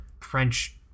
French